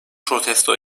protesto